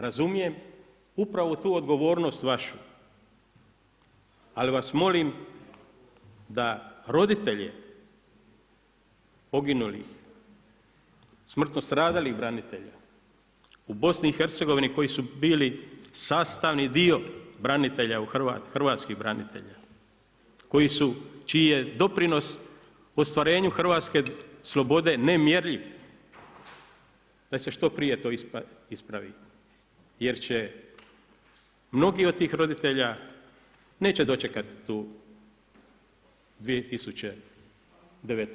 Razumijem upravo tu odgovornost vašu, ali vas molim da roditelje poginulih, smrtno stradalih branitelja u Bosni i Hercegovini koji su bili sastavni dio branitelja, hrvatskih branitelja čiji je doprinos ostvarenju hrvatske slobode nemjerljiv da se što prije to ispravi jer će mnogi od tih roditelja neće dočekati tu 2019.